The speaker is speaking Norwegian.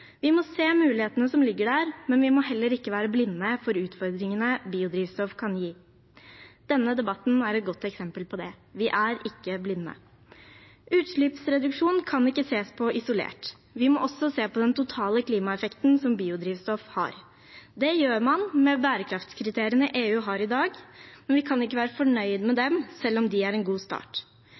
Vi må se mulighetene som ligger der, men vi må heller ikke være blinde for utfordringene biodrivstoff kan gi. Denne debatten er et godt eksempel på det. Vi er ikke blinde. Utslippsreduksjon kan ikke ses på isolert, vi må også se på den totale klimaeffekten som biodrivstoff har. Det gjør man med bærekraftskriteriene EU har i dag, men vi kan ikke være fornøyd med dem, selv om de er en god start.